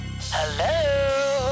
Hello